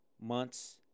months